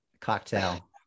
cocktail